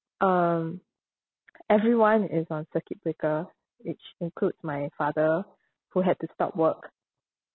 um everyone is on circuit breaker which includes my father who had to stop work